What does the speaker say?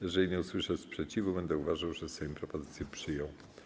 Jeżeli nie usłyszę sprzeciwu, będę uważał, że Sejm propozycję przyjął.